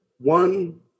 one